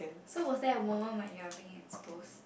so was there a moment when you are being exposed